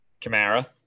Kamara